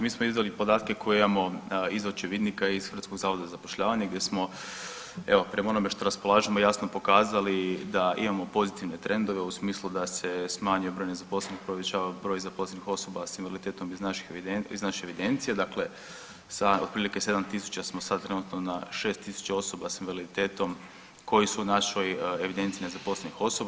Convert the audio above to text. Mi smo izdali podatke koje imamo iz očevidnika Hrvatskog zavoda za zapošljavanje gdje smo evo prema onome što raspolažemo jasno pokazali da imamo pozitivne trendove u smislu da se smanjio broj nezaposlenih, povećava broj zaposlenih osoba sa invaliditetom iz naše evidencije, dakle sa otprilike 7000 smo trenutno sad na 6000 osoba sa invaliditetom koji su u našoj evidenciji nezaposlenih osoba.